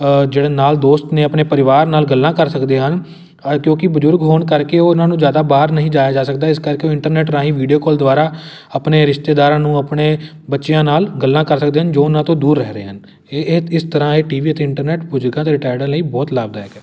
ਜਿਹੜਾ ਨਾਲ ਦੋਸਤ ਨੇ ਆਪਣੇ ਪਰਿਵਾਰ ਨਾਲ ਗੱਲਾਂ ਕਰ ਸਕਦੇ ਹਨ ਕਿਉਂਕਿ ਬਜ਼ੁਰਗ ਹੋਣ ਕਰਕੇ ਉਹ ਉਹਨਾਂ ਨੂੰ ਜ਼ਿਆਦਾ ਬਾਹਰ ਨਹੀਂ ਜਾਇਆ ਜਾ ਸਕਦਾ ਇਸ ਕਰਕੇ ਉਹ ਇੰਟਰਨੈਟ ਰਾਹੀਂ ਵੀਡੀਓ ਕੋਲ ਦੁਆਰਾ ਆਪਣੇ ਰਿਸ਼ਤੇਦਾਰਾਂ ਨੂੰ ਆਪਣੇ ਬੱਚਿਆਂ ਨਾਲ ਗੱਲਾਂ ਕਰ ਸਕਦੇ ਹਨ ਜੋ ਉਹਨਾਂ ਤੋਂ ਦੂਰ ਰਹਿ ਰਹੇ ਹਨ ਇਹ ਇਸ ਤਰ੍ਹਾਂ ਇਹ ਟੀ ਵੀ ਅਤੇ ਇੰਟਰਨੈਟ ਬਜ਼ੁਰਗਾਂ ਅਤੇ ਰਿਟਾਇਰਡਾਂ ਲਈ ਬਹੁਤ ਲਾਭਦਾਇਕ ਹੈ